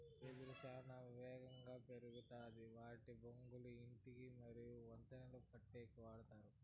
వెదురు చానా ఏగంగా పెరుగుతాది వాటి బొంగులను ఇల్లు మరియు వంతెనలను కట్టేకి వాడతారు